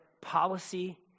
policy